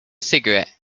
cigarette